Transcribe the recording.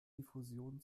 diffusion